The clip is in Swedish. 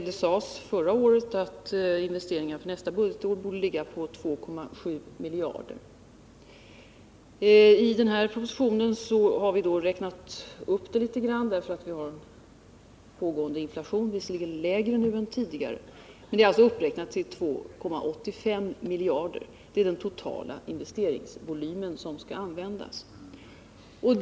Förra året sades det att investeringarna för nästa budgetår borde uppgå till 2,7 miljarder kronor. I den här propositionen har vi räknat upp beloppet litet grand på grund av den pågående inflationen som visserligen är lägre än tidigare. Men det är alltså uppräknat till 2,85 miljarder kronor, vilket är den totala investeringsvolym som skall användas.